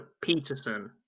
Peterson